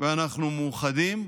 ואנחנו מאוחדים,